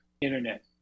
internet